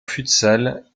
futsal